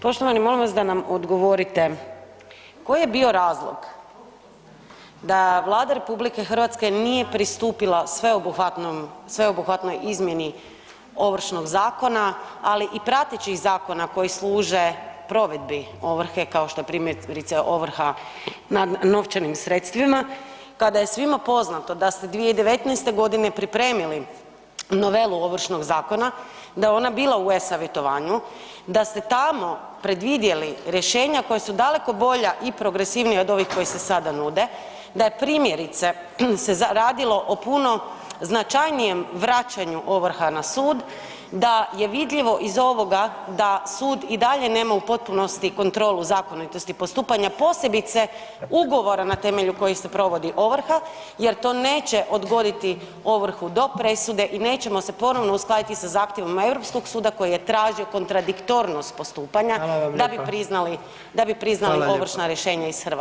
Poštovani molim vas da nam odgovorite koji je bio razlog da Vlada RH nije pristupila sveobuhvatnom, sveobuhvatnoj izmjeni Ovršnog zakona, ali i pratećih zakona koji služe provedbi ovrhe kao što je primjerice ovrha nad novčanim sredstvima kada je svima poznato da ste 2019.g. pripremili novelu Ovršnog zakona, da je ona bila u e-savjetovanju, da ste tamo predvidjeli rješenja koja su daleko bolja i progresivnija od ovih koji se sada nude, da je primjerice se radilo o puno značajnijem vraćanju ovrha na sud, da je vidljivo iz ovoga da sud i dalje nema u potpunosti kontrolu zakonitosti postupanja, posebice ugovora na temelju kojih se provodi ovrha jer to neće odgoditi ovrhu do presude i nećemo se ponovno uskladiti sa zahtjevima europskog suda koji je tražio kontradiktornost postupanja [[Upadica: Hvala vam lijepo]] da bi priznali, da bi priznali [[Upadica: Hvala lijepo]] ovršna rješenja iz Hrvatske?